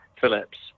Phillips